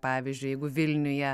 pavyzdžiui jeigu vilniuje